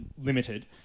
limited